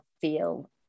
feel